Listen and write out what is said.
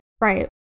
Right